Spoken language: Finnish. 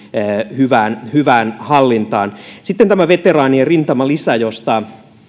hyvään hyvään hallintaan sitten tämä veteraanien rintamalisä josta